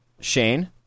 Shane